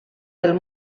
del